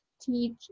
teach